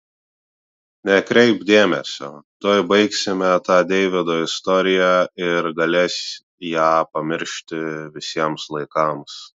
nekreipk dėmesio tuoj baigsime tą deivydo istoriją ir galės ją pamiršti visiems laikams